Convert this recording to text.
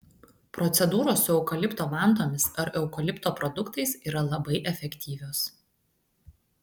procedūros su eukalipto vantomis ar eukalipto produktais yra labai efektyvios